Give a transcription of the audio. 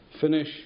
finish